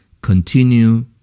continue